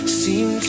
seem